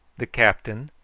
the captain,